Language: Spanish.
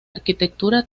arquitectura